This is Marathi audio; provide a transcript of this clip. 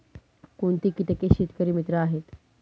कोणती किटके शेतकरी मित्र आहेत?